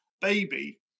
baby